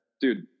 dude